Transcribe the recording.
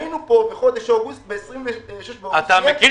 היינו פה ב-26 באוגוסט --- אתה מכיר